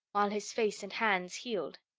while his face and hands healed.